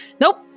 Nope